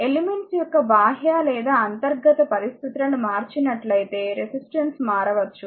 elements యొక్క బాహ్య లేదా అంతర్గత పరిస్థితులను మార్చినట్లయితే రెసిస్టెన్స్ మారవచ్చు